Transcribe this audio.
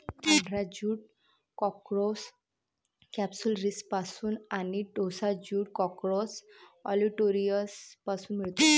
पांढरा jute corchorus कॅप्सुलरिसपासून आणि टोसा ज्यूट कॉर्कोरस ऑलिटोरियसपासून मिळतो